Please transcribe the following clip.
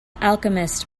alchemist